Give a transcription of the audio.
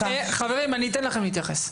חברים אני אתן לכם להתייחס.